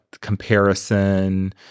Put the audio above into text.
comparison